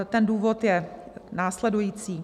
Ten důvod je následující.